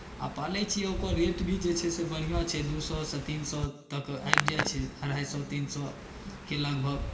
आ पालैत छियै ओकर रेट भी जे छै से बढ़िआँ छै दू सएसँ तीन सए तक आबि जाइत छै अढ़ाइ सए तीन सएके लगभग